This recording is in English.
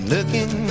Looking